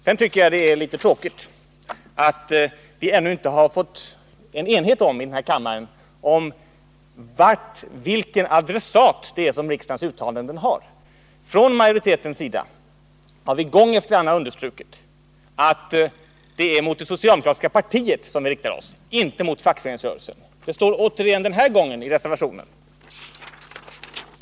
Sedan tycker jag det är litet tråkigt att vi här i kammaren ännu inte har fått någon enighet om vilken adressat riksdagens uttalanden har. Från majoritetens sida har vi gång efter annan understrukit att det är mot det socialdemokratiska partiet som vi riktar oss, inte mot fackföreningsrörelsen. Det står återigen i reservationen den här gången.